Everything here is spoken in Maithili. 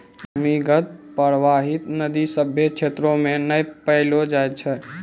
भूमीगत परबाहित नदी सभ्भे क्षेत्रो म नै पैलो जाय छै